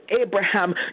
Abraham